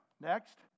next